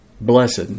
Blessed